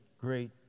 great